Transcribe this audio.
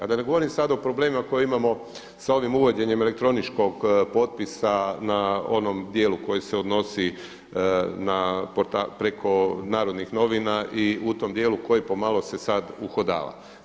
A da ne govorim sada o problemima koje imamo sa ovim uvođenjem elektroničkog potpisa na onom dijelu koji se odnosi, preko Narodnih novina i u tom dijelu koji po malo se sada uhodava.